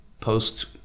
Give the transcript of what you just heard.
post